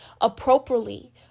appropriately